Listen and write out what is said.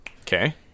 Okay